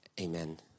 amen